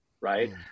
right